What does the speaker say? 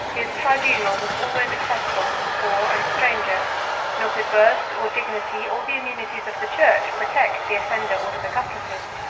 his tribunal was always accessible to the poor and stranger nor could birth, or dignity, or the immunities of the church, protect the offender or his accomplices.